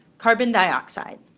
carbon dioxide.